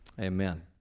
amen